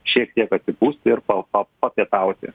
šiek tiek atsipūsti ir pa pa papietauti